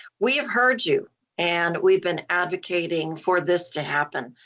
we have heard you and we've been advocating for this to happen.